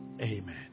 Amen